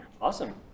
Awesome